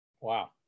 Wow